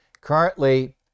currently